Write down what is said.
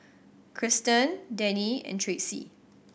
Krysten Denny and Tracy